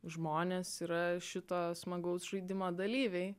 žmonės yra šito smagaus žaidimo dalyviai